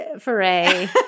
foray